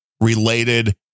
related